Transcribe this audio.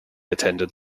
attended